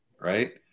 Right